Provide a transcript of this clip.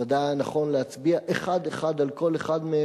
ודאי היה נכון להצביע אחד-אחד על כל אחד מהם,